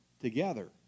together